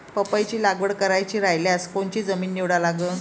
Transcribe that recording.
पपईची लागवड करायची रायल्यास कोनची जमीन निवडा लागन?